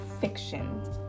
fiction